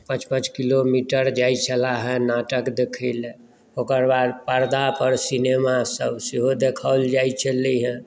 पाँच पाँच किलोमीटर जाइत छले हेँ नाटक देखय लेल ओकर बाद पर्दापर सिनेमासभ सेहो देखाओल जाइत छलै हेँ